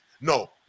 No